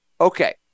Okay